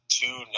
two